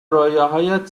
رویاهایت